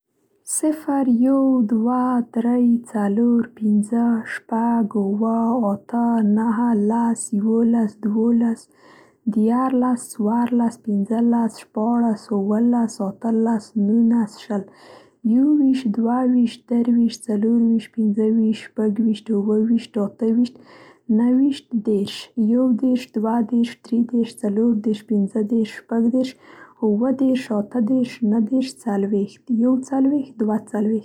صفر يو دوه درې څلور پنځه شپږ اووه اته نهه لس يوولس دولس ديارلس څوارلس پنځلس شپاړس اووه لس اتلس نولس شل يوويشت دوه ويشت درې ويشت څلور ويشت پنځه ويشت شپږ ويشت اووه ويشت اته ويشت نهه ويشت دېرش يو دېرش دوه دېرش درې دېرش څلور دېرش پنځه دېرش شپږ دېرش اووه دېرش اته دېرش نهه دېرش څلوېښت يو څلوېښت دوه څلوېښت